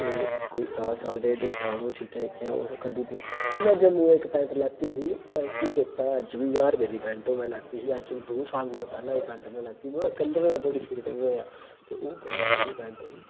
ते ओह् कोई साल साल डेढ़ डेढ़ साल ओह् चीजां जेह्कियां ओह् असें कड्डू दियां ते मै जम्मू दा इक पैंट लैती ही ओह् मिकी चेत्ता अज्ज बी ज्हार रपेऽ दी पैंट ओह् में लैती ही अज्ज दो साल कोला पैह्ले ओह् पैंट में लैती ही नोहाड़ा कलर अह्ले धोड़ी फेंट नी होएया ते ओह् बड़ी सौह्नी पैंट ही